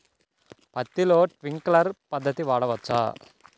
పత్తిలో ట్వింక్లర్ పద్ధతి వాడవచ్చా?